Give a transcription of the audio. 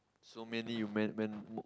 so mainly you went went